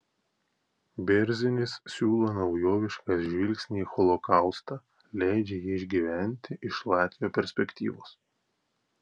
bėrzinis siūlo naujovišką žvilgsnį į holokaustą leidžia jį išgyventi iš latvio perspektyvos